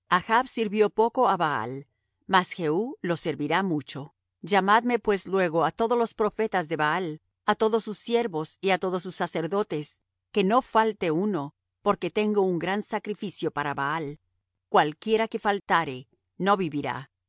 sirvió poco á baal mas jehú lo servirá mucho llamadme pues luego á todos los profetas de baal á todos sus siervos y á todos sus sacerdotes que no falte uno porque tengo un gran sacrifico para baal cualquiera que faltare no vivirá